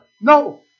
No